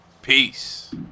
peace